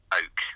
oak